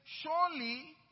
surely